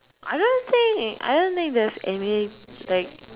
I don't think I don't think there is any like